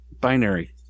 binary